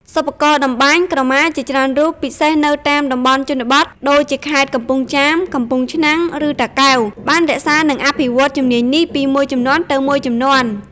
សិប្បករតម្បាញក្រមាជាច្រើនរូប ពិសេសនៅតាមតំបន់ជនបទ ដូចជាខេត្តកំពង់ចាម កំពង់ឆ្នាំង ឬតាកែវ បាន រក្សា និងអភិវឌ្ឍជំនាញនេះ ពីមួយជំនាន់ទៅមួយជំនាន់។